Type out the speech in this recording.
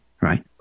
right